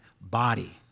body